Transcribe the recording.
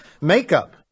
Makeup